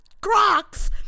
Crocs